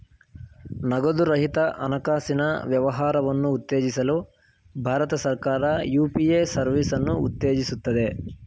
ನಗದು ರಹಿತ ಹಣಕಾಸಿನ ವ್ಯವಹಾರವನ್ನು ಉತ್ತೇಜಿಸಲು ಭಾರತ ಸರ್ಕಾರ ಯು.ಪಿ.ಎ ಸರ್ವಿಸನ್ನು ಉತ್ತೇಜಿಸುತ್ತದೆ